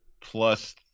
plus